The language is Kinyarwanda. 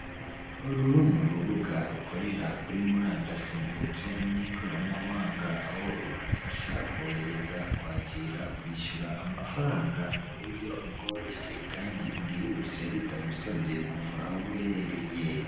Uru ni urubuga rukorera kuri murandasi ndetse n'ikoranabuhanga, aho rugufasha kohereza kwakira, kwishyura amafaranga mu buryo bworoshye, kandi bwihuse bitagusabye kuva aho uherereye.